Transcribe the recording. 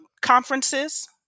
conferences